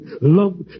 love